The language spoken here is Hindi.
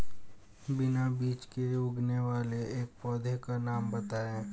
बिना बीज के उगने वाले एक पौधे का नाम बताइए